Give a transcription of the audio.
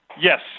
Yes